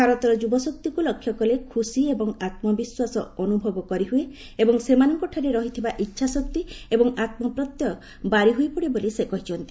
ଭାରତର ଯୁବଶକ୍ତିକୁ ଲକ୍ଷ୍ୟ କଲେ ଖୁସି ଏବଂ ଆମ୍ବିଶ୍ୱାସ ଅନୁଭବ କରିହୁଏ ଏବଂ ସେମାନଙ୍କଠାରେ ରହିଥିବା ଇଚ୍ଛାଶକ୍ତି ଏବଂ ଆମ୍ପ୍ରତ୍ୟୟ ବାରି ହୋଇ ପଡେ ବୋଲି ସେ କହିଛନ୍ତି